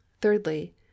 Thirdly